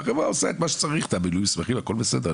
והחברה עושה את מה שצריך את מילוי המסמכים הכל בסדר,